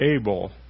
able